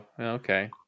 okay